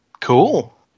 Cool